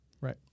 right